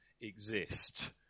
exist